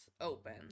open